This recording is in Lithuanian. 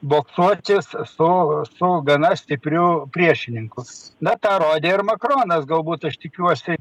boksuotis su su gana stipriu priešininku na tą rodė ir makronas galbūt aš tikiuosi